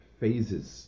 phases